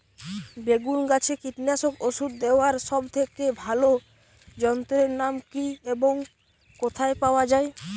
বেগুন গাছে কীটনাশক ওষুধ দেওয়ার সব থেকে ভালো যন্ত্রের নাম কি এবং কোথায় পাওয়া যায়?